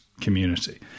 community